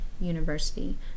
university